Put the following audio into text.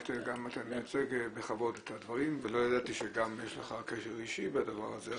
אתה מייצג בכבוד את הדברים ולא ידעתי שגם יש לך קשר אישי בדבר הזה,